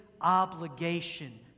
obligation